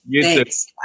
Thanks